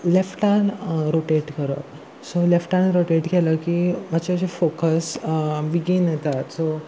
left turn rotate करप so left turn rotate केलो की मातशे अशें फोकस बेगीन येता सो